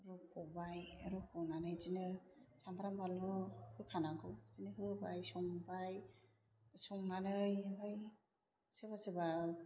रुख'बाय रुख'नानै बिदिनो सामब्राम बानलु होखानांगौ बिदिनो होबाय संबाय संनानै ओमफाय सोरबा सोरबा